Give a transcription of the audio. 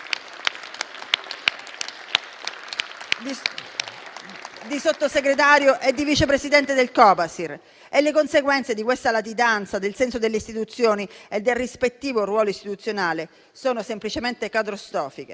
di Sottosegretario e di Vice Presidente del Copasir. Le conseguenze di questa latitanza del senso delle istituzioni e del rispettivo ruolo istituzionale sono semplicemente catastrofiche.